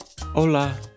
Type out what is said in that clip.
Hola